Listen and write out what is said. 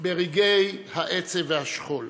ברגעי העצב והשכול.